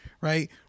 right